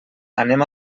anem